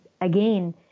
again